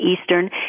Eastern